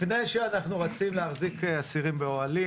לפני שאנחנו רצים להחזיק אסירים באוהלים